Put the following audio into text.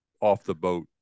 off-the-boat